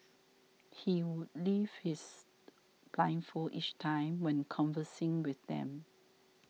he would lift his blindfold each time when conversing with them